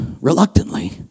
reluctantly